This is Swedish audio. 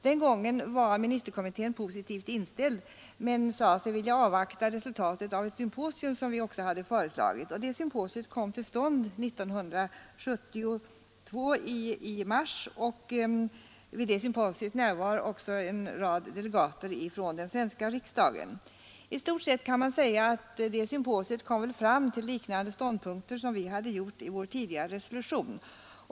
Den gången var ministerkommittén positivt inställd men sade sig vilja avvakta resultatet av ett symposium som vi också hade föreslagit. Ett sådant symposium kom till stånd i mars 1972. Vid detta symposium närvar också en rad delegater från den svenska riksdagen. I stort sett kan man säga att det symposiet kom fram till liknande ståndpunkter som dem vi hade i vår tidigare resolution.